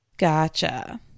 Gotcha